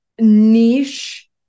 niche